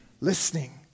listening